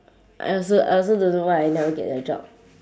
I also I also don't know why I never get the job